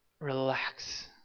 relax